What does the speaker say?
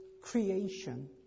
creation